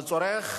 הצורך